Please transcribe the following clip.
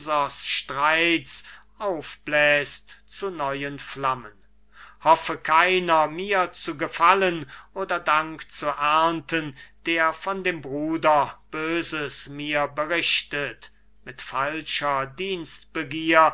aufbläst zu neuen flammen hoffe keiner mir zu gefallen oder dank zu ernten der von dem bruder böses mir berichtet mit falscher